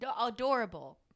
Adorable